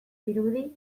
dirudi